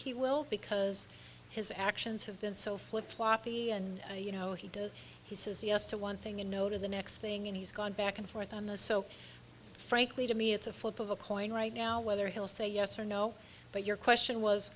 he will because his actions have been so flip floppy and you know he does he says yes to one thing in no to the next thing and he's gone back and forth on this so frankly to me it's a flip of a coin right now whether he'll say yes or no but your question was